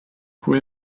pwy